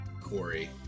Corey